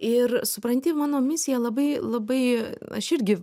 ir supranti mano misija labai labai aš irgi